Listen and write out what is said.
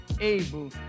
able